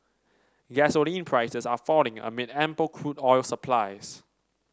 gasoline prices are falling amid ample crude oil supplies